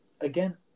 again